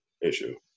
issue